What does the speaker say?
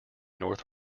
north